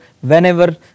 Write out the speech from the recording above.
whenever